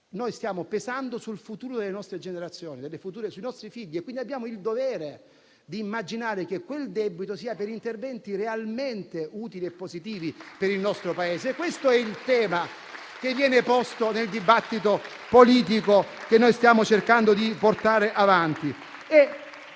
stiamo pesando sul futuro delle nostre generazioni, sui nostri figli. Abbiamo quindi il dovere di immaginare che quel debito sia per interventi realmente utili e positivi per il nostro Paese. È questo il tema che viene posto nel dibattito politico che stiamo cercando di portare avanti.